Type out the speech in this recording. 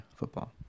football